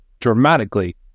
dramatically